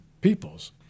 peoples